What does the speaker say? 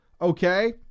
okay